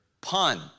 pun